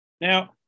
Now